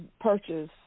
purchase